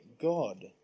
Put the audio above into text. God